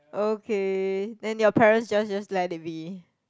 okay then your parents just just let it be